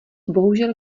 bohužel